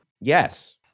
Yes